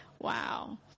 Wow